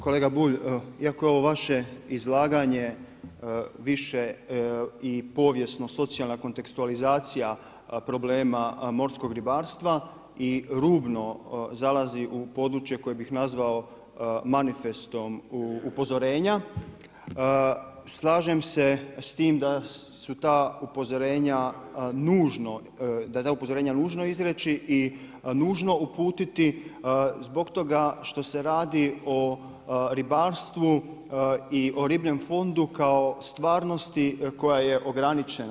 Kolega Bulj, iako je ovo vaše izlaganje više i povijesno-socijalna kontekstualizacija problema morskog ribarstva i rubno zalazi u područje koje bih nazvao manifestom upozorenja slažem se s tim da su ta upozorenja nužno, da ta upozorenja je nužno izreći i nužno uputiti zbog toga što se radi o ribarstvu i o ribljem fondu kao stvarnosti koja je ograničena.